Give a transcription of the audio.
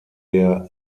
der